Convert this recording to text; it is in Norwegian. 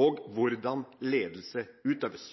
og av hvordan ledelse utøves.